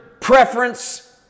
preference